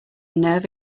nerve